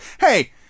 hey